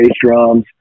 drums